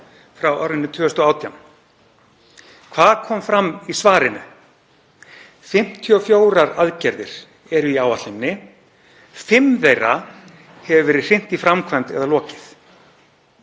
sjálfsvígum. Hvað kom fram í svarinu? 54 aðgerðir eru í áætluninni, fimm þeirra hefur verið hrint í framkvæmd eða lokið.